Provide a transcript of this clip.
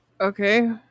Okay